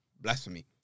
blasphemy